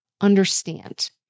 understand